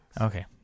Okay